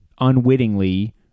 unwittingly